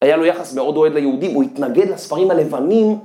היה לו יחס מאוד אוהד ליהודים, הוא התנגד לספרים הלבנים.